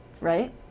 right